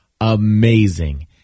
amazing